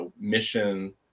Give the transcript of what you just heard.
mission